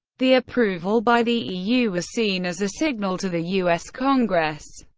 the approval by the eu was seen as a signal to the u s. congress.